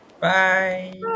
Bye